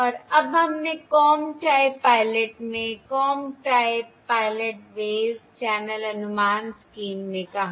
और अब हमने कॉम टाइप पायलट में comb type pilot based channel अनुमान स्कीम में कहा